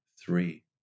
three